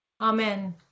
amen